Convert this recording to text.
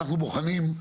אנחנו בוחנים.